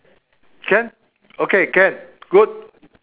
can okay can good